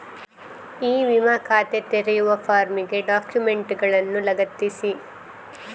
E ವಿಮಾ ಖಾತೆ ತೆರೆಯುವ ಫಾರ್ಮಿಗೆ ಡಾಕ್ಯುಮೆಂಟುಗಳನ್ನು ಲಗತ್ತಿಸಿ